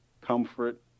comfort